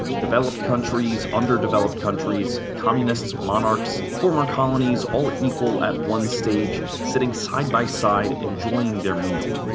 developed countries, under-developed countries, communists, monarchs, former colonies all equal at one stage, sitting side by side, enjoying their meal.